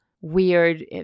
weird